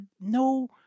no